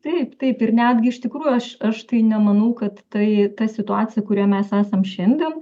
taip taip ir netgi iš tikrųjų aš aš tai nemanau kad tai ta situacija kuria mes esam šiandien